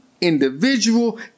individual